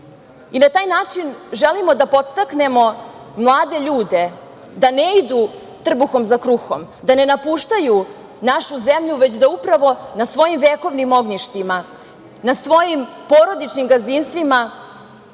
i na taj način želimo da podstaknemo mlade ljude da ne idu trbuhom za kruhom, da ne napuštaju našu zemlju, već da upravo na svojim vekovnim ognjištima, na svojim porodičnim gazdinstvima